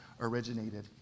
originated